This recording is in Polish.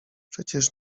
przecież